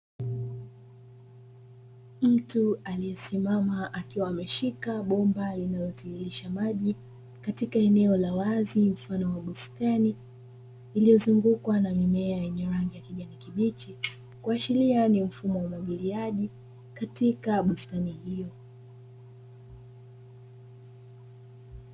Mtu aliyesimama akiwa ameshika bomba linalotiririsha maji katika eneo la wazi mfano wa bustani iliyozungukwa na mimea yenye rangi ya kijani kibichi, kuashiria ni mfumo wa umwagiliaji katika bustani hiyo.